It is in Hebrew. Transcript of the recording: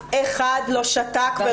אף אחד לא שתק.